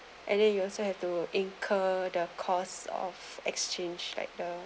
and then you also have to incur the costs of exchange like the